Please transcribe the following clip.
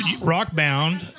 Rockbound